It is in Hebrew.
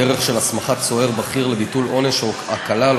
בדרך של הסמכת סוהר בכיר לביטול עונש או הקלה על